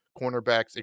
Cornerbacks